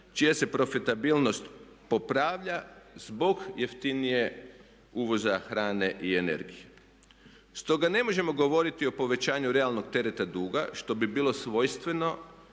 čija se profitabilnost popravlja zbog jeftinijeg uvoza hrane i energije. Stoga ne možemo govoriti o povećanju realnog tereta duga što bi bilo svojstveno